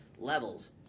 Levels